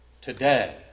today